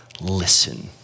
listen